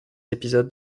épisodes